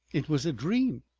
it was a dream.